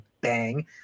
bang